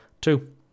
Two